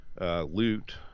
Loot